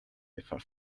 before